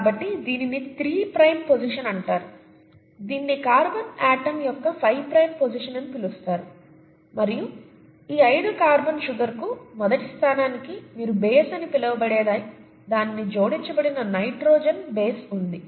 కాబట్టి దీనిని three prime position అంటారు దీనిని కార్బన్ ఆటమ్ యొక్క ఫైవ్ ప్రైమ్ పోసిషన్ అని పిలుస్తారు మరియు ఈ ఐదు కార్బన్ షుగర్ కు మొదటి స్థానానికి మీరు బేస్ అని పిలవబడేది దానికి జోడించబడిన నైట్రోజన్ బేస్ ఉంది